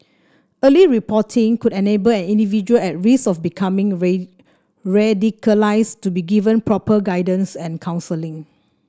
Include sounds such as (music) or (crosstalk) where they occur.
early reporting could enable an individual at risk of becoming (unintelligible) radicalised to be given proper guidance and counselling